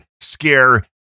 scare